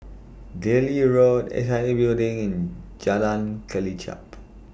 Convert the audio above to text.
Delhi Road S I A Building in Jalan Kelichap